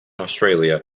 australia